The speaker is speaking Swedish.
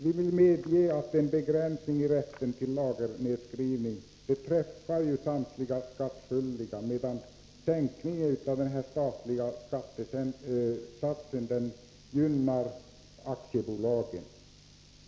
Vi vill medge att en begränsning i rätten till lagernedskrivning träffar samtliga skattskyldiga, medan sänkningen av den statliga skattesatsen gynnar aktiebolagen.